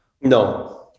no